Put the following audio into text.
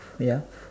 ya